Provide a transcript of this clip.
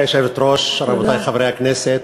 היושבת-ראש, רבותי חברי הכנסת,